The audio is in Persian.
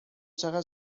چقدر